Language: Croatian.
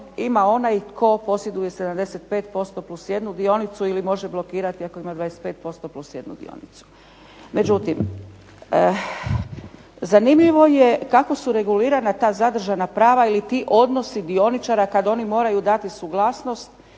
ima onaj tko posjeduje 75% plus jednu dionicu ili može blokirati ako ima 25% plus jednu dionicu. Međutim, zanimljivo je kako su regulirana ta zadržana prava ili ti odnosi dioničara kad oni moraju dati suglasnost,